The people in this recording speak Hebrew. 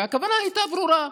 והכוונה הייתה ברורה לנו: